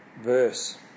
verse